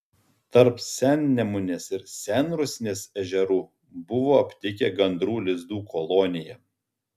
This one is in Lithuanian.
tarp sennemunės ir senrusnės ežerų buvo aptikę gandrų lizdų koloniją